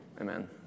Amen